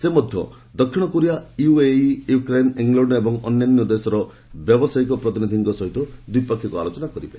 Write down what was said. ସେ ମଧ୍ୟ ଦକ୍ଷିଣ କୋରିଆ ୟୁଏଇ ୟୁକ୍ରେନ୍ ଇଂଲଣ୍ଡ ଓ ଅନ୍ୟାନ୍ୟ ଦେଶର ବ୍ୟବସାୟ ପ୍ରତିନିଧିମାନଙ୍କ ସହ ଦ୍ୱିପକ୍ଷୀୟ ଆଲୋଚନା କରିବେ